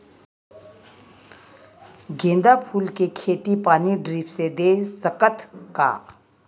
गेंदा फूल के खेती पानी ड्रिप से दे सकथ का?